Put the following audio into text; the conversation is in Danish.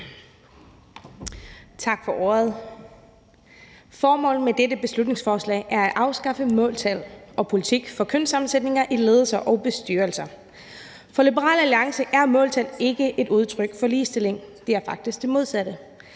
Tak for ordet. Formålet med dette beslutningsforslag er at afskaffe måltal og politik for kønssammensætningen i ledelser og bestyrelser. For Liberal Alliance er måltal ikke et udtryk for ligestilling. Det er faktisk det modsatte.